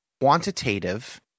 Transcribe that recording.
quantitative